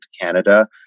Canada